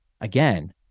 again